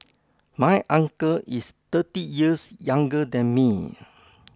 my uncle is thirty years younger than me